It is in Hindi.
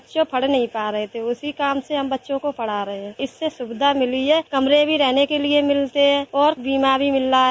बच्चे पढ़ नहीं पा रहे थे उसी काम से हम बच्चों को पढ़ा रहे हैं इससे सुविधा मिली है कमरे भी रहने के लिए मिलते हैं और बीमा भी मिल रहा है